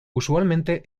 usualmente